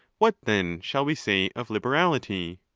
what then shall we say of liberality?